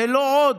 ולא עוד,